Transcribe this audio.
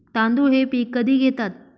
तांदूळ हे पीक कधी घेतात?